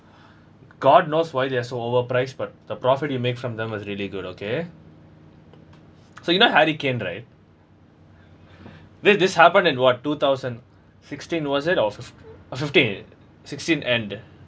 god knows why they are so overpriced but the profit you make from them was really good okay so you know hurricane right this this happened in what two thousand sixteen was it or fif~ fifteen sixteen end